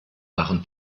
waren